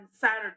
Saturday